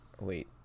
wait